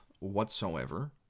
whatsoever